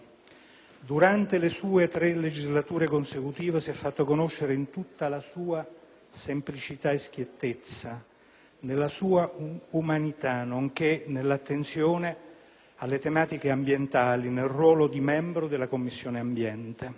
Durante le sue tre legislature consecutive si è fatto conoscere in tutta la sua semplicità e schiettezza, nella sua umanità, nonché nell'attenzione alle tematiche ambientali nel ruolo di membro della Commissione ambiente.